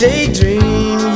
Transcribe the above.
Daydream